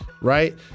right